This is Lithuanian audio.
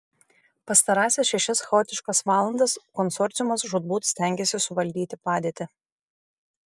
pastarąsias šešias chaotiškas valandas konsorciumas žūtbūt stengėsi suvaldyti padėtį